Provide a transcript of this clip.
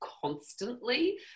constantly